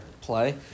play